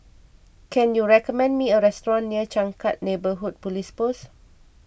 can you recommend me a restaurant near Changkat Neighbourhood Police Post